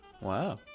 Wow